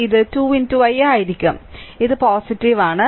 ഇത് 2 i ആയിരിക്കും ഇത് ആണ്